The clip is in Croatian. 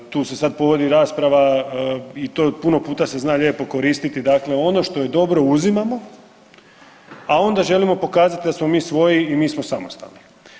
Tu se sad povodi rasprava i to puno puta se zna lijepo koristiti dakle ono što je dobro uzimamo, a onda želimo pokazati da smo mi svoji i mi smo samostalni.